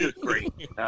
great